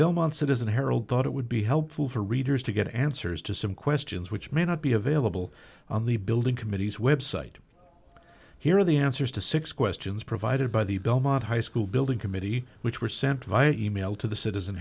belmont citizen harold thought it would be helpful for readers to get answers to some questions which may not be available on the building committees website here are the answers to six questions provided by the belmont high school building committee which were sent via email to the citizen